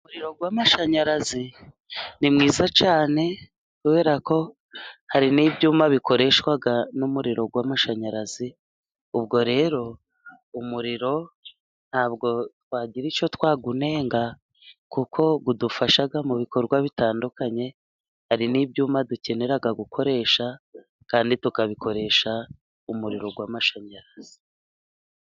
Umuriro w'amashanyarazi ni mwiza cyane kubera ko hari n'ibyuma bikoreshwa n'umuriro w'amashanyarazi, ubwo rero umuriro ntabwo twagira icyo twawunega, kuko udufasha mu bikorwa bitandukanye. Hari n'ibyuma dukenera gukoresha kandi tukabikoresha umuriro w'amashanyarazi.